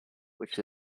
which